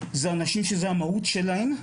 אלה אנשים שזאת המהות שלהם,